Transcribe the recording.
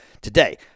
today